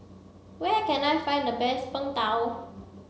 where can I find the best png tao